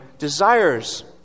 desires